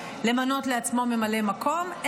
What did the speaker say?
למנות לעצמו ממלא מקום,